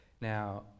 now